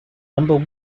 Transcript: number